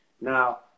Now